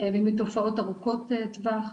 ומתופעות ארוכת טווח.